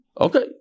Okay